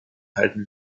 halten